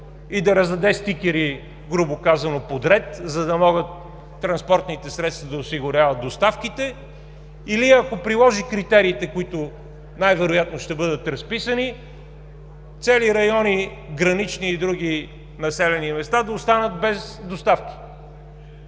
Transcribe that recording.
и да раздаде стикери, грубо казано, подред, за да могат транспортните средства да осигуряват доставките, или ако приложи критериите, които най-вероятно ще бъдат разписани, цели райони – гранични и други населени места, да останат без доставки.